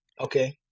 Okay